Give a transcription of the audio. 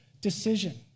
decision